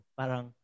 parang